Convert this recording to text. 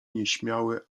nieśmiały